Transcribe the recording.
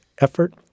effort